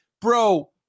Bro